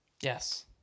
Yes